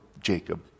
Jacob